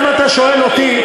למה אתה שואל אותי,